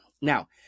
now